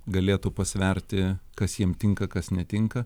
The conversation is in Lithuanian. galėtų pasverti kas jiem tinka kas netinka